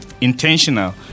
intentional